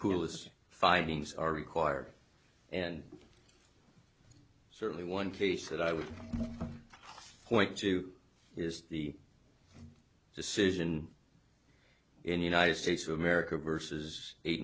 who was findings are required and certainly one case that i would point to is the decision in united states of america versus eight